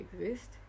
exist